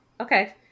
okay